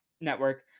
network